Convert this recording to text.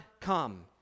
come